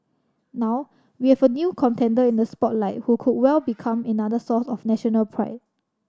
now we have a new contender in the spotlight who could well become another source of national pride